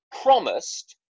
promised